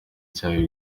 cyawe